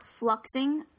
fluxing